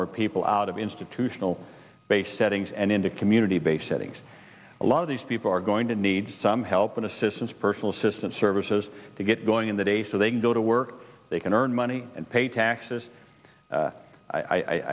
more people out of institutional base settings and into community based settings a lot of these people are going to need some help and assistance personal assistant services to get going in the day so they can go to work they can earn money and pay taxes